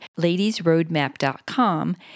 ladiesroadmap.com